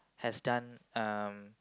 has done um